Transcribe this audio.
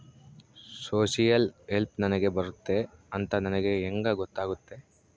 Social help ನನಗೆ ಬರುತ್ತೆ ಅಂತ ನನಗೆ ಹೆಂಗ ಗೊತ್ತಾಗುತ್ತೆ?